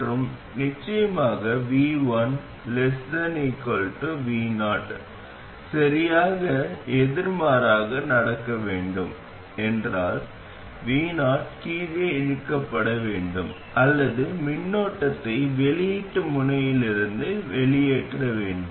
மற்றும் நிச்சயமாக vi vo சரியாக எதிர்மாறாக நடக்க வேண்டும் என்றால் vo கீழே இழுக்கப்பட வேண்டும் அல்லது மின்னோட்டத்தை வெளியீட்டு முனையிலிருந்து வெளியேற்ற வேண்டும்